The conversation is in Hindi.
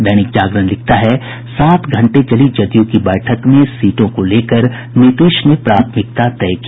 दैनिक जागरण लिखता है सात घंटे चली जदयू के बैठक में सीटों को लेकर नीतीश ने प्राथमिकता तय की